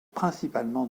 principalement